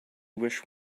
wish